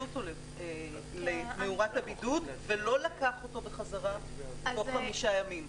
אותו למאורת הבידוד ולא לקח אותו בחזרה בתוך חמישה ימים.